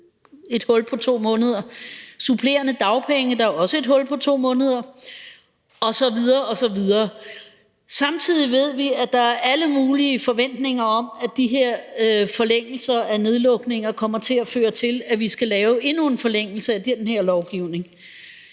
et hul på 2 måneder. Ved supplerende dagpenge er der også et hul på 2 måneder osv. osv. Samtidig ved vi, at der er alle mulige forventninger om, at de her forlængelser af nedlukningerne kommer til at føre til, at vi skal lave endnu en forlængelse af den her lovgivning.